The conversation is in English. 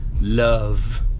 Love